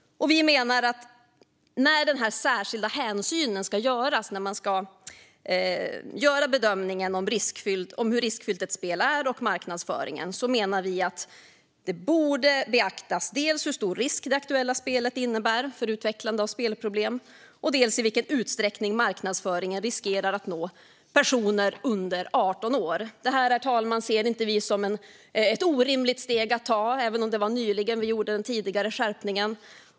När den särskilda hänsynen ska tas när man ska göra bedömningen av hur riskfyllt ett spel är och av marknadsföringen menar vi att det borde beaktas dels hur stor risk det aktuella spelet innebär för utvecklande av spelproblem, dels i vilken utsträckning marknadsföringen riskerar att nå personer under 18 år. Detta, herr talman, ser inte vi som ett orimligt steg att ta även om det var nyligen vi gjorde den tidigare skärpningen.